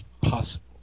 possible